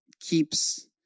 keeps